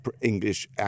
English